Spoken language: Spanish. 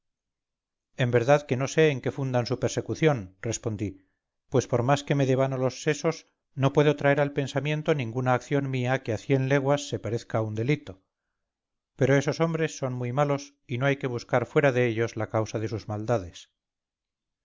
en verdad que no sé en qué fundan su persecución respondí pues por más que me devano los sesos no puedo traer al pensamiento ninguna acción mía que a cien leguas se parezca a un delito pero esos hombres son muy malos y no hay que buscar fuera de ellos la causa de sus maldades